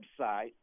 website